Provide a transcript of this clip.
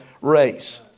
race